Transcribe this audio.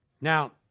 Now